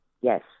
yes